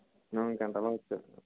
గంటలో వచ్చేయండి